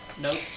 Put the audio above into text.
Nope